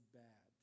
bad